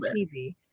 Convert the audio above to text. TV